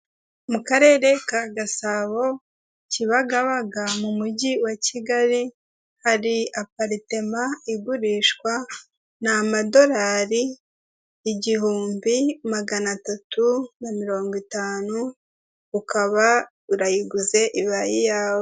Mu karere ka Gasabo, Kibagabaga m'umujyi wa Kigali, hari aparitema igurishwa, ni amadorari igihumbi, magana atatu na mirongo itanu, ukaba urayiguze ibaye iyawe.